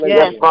yes